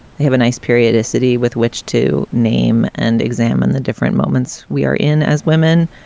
they have a nice periodicity with which to name and examine the different moments we are in as women.